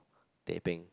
teh peng